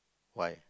why